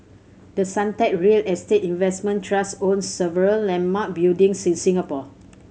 the Suntec real estate investment trust owns several landmark buildings in Singapore